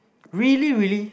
really really